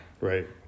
Right